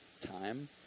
time